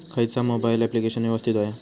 खयचा mobile application यवस्तित होया?